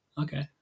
okay